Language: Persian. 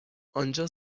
آنجا